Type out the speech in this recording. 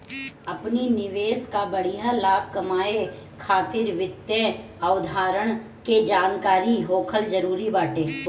अपनी निवेश कअ बढ़िया लाभ कमाए खातिर वित्तीय अवधारणा के जानकरी होखल जरुरी बाटे